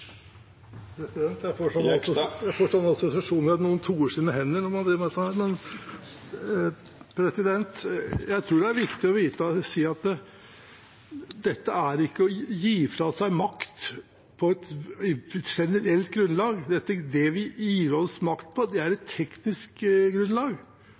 Jeg får noen assosiasjoner til at noen toer sine hender når man driver med dette! Jeg tror det er viktig å si at dette ikke er å gi fra seg makt på et generelt grunnlag. Det vi gir fra oss makt på, er et teknisk grunnlag.